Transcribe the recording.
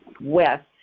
west